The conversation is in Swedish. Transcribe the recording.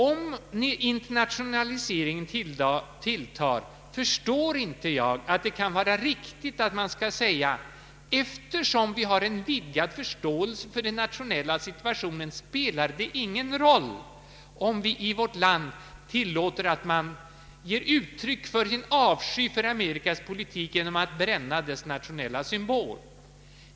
Om internationaliseringen tilltar, förstår inte jag att det kan vara riktigt att man skall säga, att eftersom vi har en vidgad förståelse för den nationella situationen så spelar det inte någon roll om vi i vårt land tillåter att man ger uttryck för sin av sky för Amerikas politik genom att bränna dess nationella symbol.